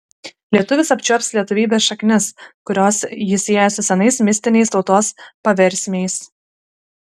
lietuvis apčiuops lietuvybės šaknis kurios jį sieja su senais mistiniais tautos paversmiais